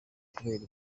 kubera